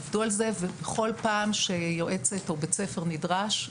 עבדו על זה ובכל פעם שיועצת או בית ספר נדרש,